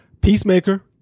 Peacemaker